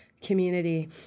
Community